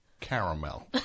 caramel